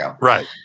Right